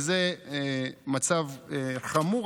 וזה מצב חמור,